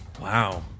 Wow